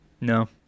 No